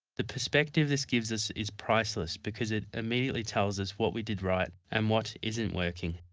the perspective this gives us is priceless, because it immediately tells us what we did right and what isn't working.